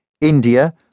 India